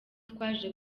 twaje